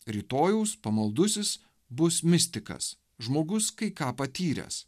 rytojaus pamaldusis bus mistikas žmogus kai ką patyręs